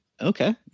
Okay